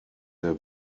sehr